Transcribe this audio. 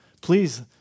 Please